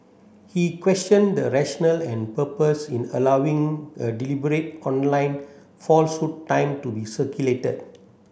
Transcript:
he questioned the rationale and purpose in allowing a deliberate online falsehood time to be circulated